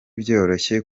byoroshye